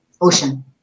Ocean